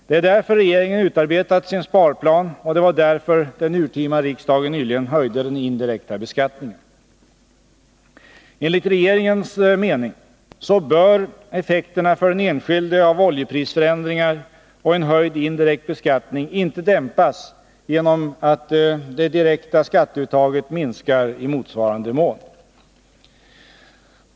Det är därför regeringen utarbetat sin sparplan, och det var därför den urtima riksdagen nyligen höjde den indirekta beskattningen. Enligt regeringens mening bör effekterna för den enskilde av oljeprisförändringar och en höjd indirekt beskattning inte dämpas genom att det direkta skatteuttaget minskar i motsvarande mån.